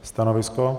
Stanovisko?